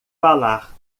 falar